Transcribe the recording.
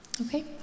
Okay